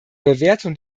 bewertung